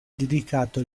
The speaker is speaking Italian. dedicato